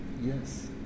yes